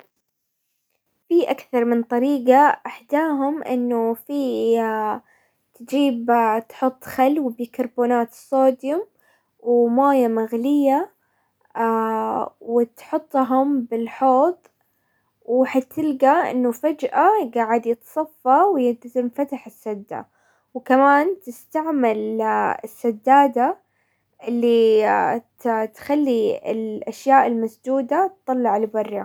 في اكثر من طريقة انه في تجيب تحط خل وبيكربونات الصوديوم وموية مغلية وتحطهم بالحوض وحتلقى انه فجأة قاعد يتصفى ويلتزم فتح السدة، وكمان تستعمل السدادة اللي تخلي الاشياء المسدودة تطلع لبرا.